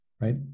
right